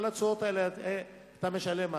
על התשואות האלה אתה משלם מס.